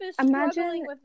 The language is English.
Imagine